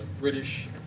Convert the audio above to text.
British